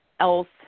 else